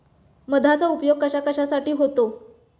मधाचा उपयोग कशाकशासाठी होतो?